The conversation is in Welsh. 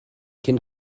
cyn